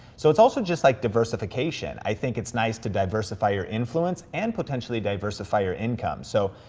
so it's also just like diversification. i think it's nice to diversify your influence and potentially diversify your income. so,